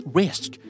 risk